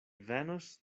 venos